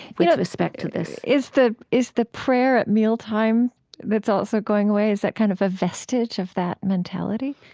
with respect to this is the is the prayer at mealtime that's also going away, is that kind of a vestige of that mentality?